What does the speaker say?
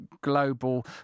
global